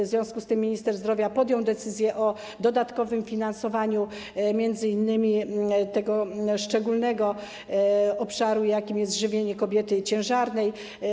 W związku z tym minister zdrowia podjął decyzję o dodatkowym finansowaniu m.in. tego szczególnego obszaru, jakim jest żywienie kobiety ciężarnej.